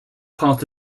part